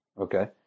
okay